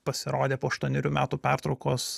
pasirodė po aštuonerių metų pertraukos